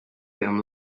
them